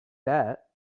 that